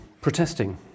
protesting